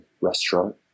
restaurant